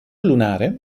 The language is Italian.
lunare